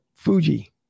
Fuji